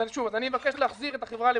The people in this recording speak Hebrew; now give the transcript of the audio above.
אבל, שוב, אני מבקש להחזיר את החברה למתנסים,